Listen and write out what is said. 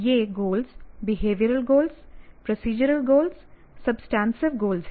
ये goals behavioural goals procedural goals substantive goals हैं